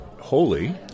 holy